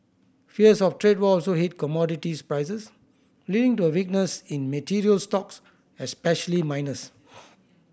fears of trade war also hit commodities prices leading to a weakness in materials stocks especially miners